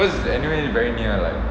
cause anyway very near like